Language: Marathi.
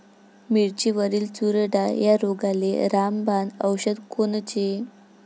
मिरचीवरील चुरडा या रोगाले रामबाण औषध कोनचे?